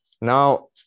Now